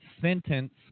sentence